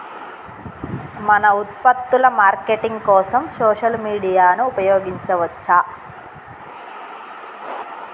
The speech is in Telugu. మన ఉత్పత్తుల మార్కెటింగ్ కోసం సోషల్ మీడియాను ఉపయోగించవచ్చా?